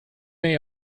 may